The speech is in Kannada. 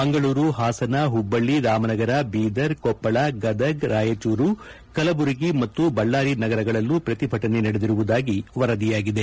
ಮಂಗಳೂರು ಹಾಸನ ಹುಬ್ಬಳ್ಳಿ ರಾಮನಗರ ಬೀದರ್ ಕೊಪ್ಪಳ ಗದಗ ರಾಯಚೂರು ಕಲಬುರಗಿ ಮತ್ತು ಬಳ್ಳಾರಿ ನಗರಗಳಲ್ಲೂ ಪ್ರತಿಭಟನೆ ನಡೆದಿರುವುದಾಗಿ ವರದಿಯಾಗಿದೆ